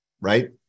right